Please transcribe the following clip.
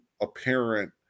apparent